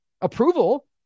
Approval